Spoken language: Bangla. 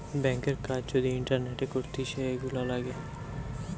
ব্যাংকের কাজ যদি ইন্টারনেটে করতিছে, এগুলা লাগে